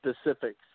specifics